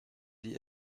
die